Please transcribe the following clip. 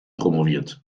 promoviert